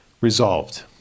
Resolved